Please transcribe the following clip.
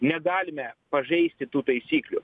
negalime pažeisti tų taisyklių